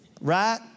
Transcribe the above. right